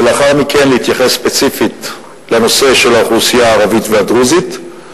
ולאחר מכן להתייחס ספציפית לנושא של האוכלוסייה הערבית והדרוזית.